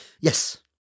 Yes